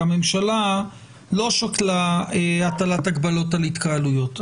לא שקלה הטלת הגבלות על התקהלויות.